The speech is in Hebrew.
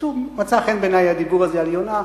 איכשהו מצא חן בעיני הדיבור הזה על יונה.